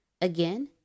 Again